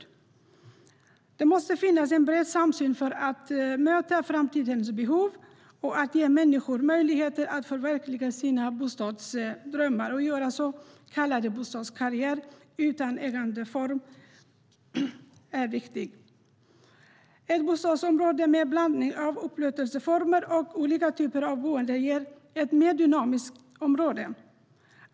Det måste finnas en bred samsyn för att möta framtidens behov och ge människor möjlighet att förverkliga sina bostadsdrömmar och göra så kallad bostadskarriär utan att ägandeformen är viktig. Ett bostadsområde med en blandning av upplåtelseformer och olika typer av boenden ger ett mer dynamiskt område.